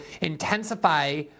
intensify